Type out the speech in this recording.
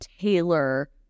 Taylor